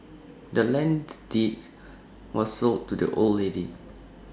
the land's deeds was sold to the old lady